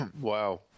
Wow